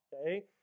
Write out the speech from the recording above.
okay